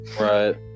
Right